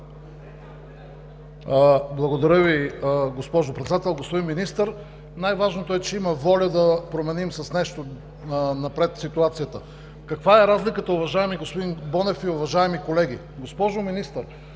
Благодаря Ви, госпожо Председател. Господин Министър, най-важното е, че има воля да променим с нещо ситуацията. Каква е разликата, уважаеми господин Бонев и уважаеми колеги? Госпожо Министър,